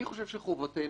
אני חושב שחובתנו